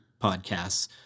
podcasts